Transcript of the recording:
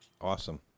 Awesome